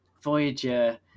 Voyager